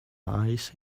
ice